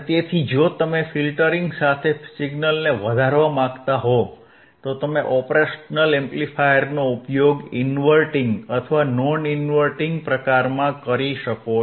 તેથી જો તમે ફિલ્ટરિંગ સાથે સિગ્નલને વધારવા માંગતા હો તો તમે ઓપરેશનલ એમ્પ્લીફાયરનો ઉપયોગ ઇનવર્ટીંગ અથવા નોન ઇન્વર્ટીંગ પ્રકારમાં કરી શકો છો